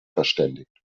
verständigt